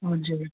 हजुर